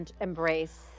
embrace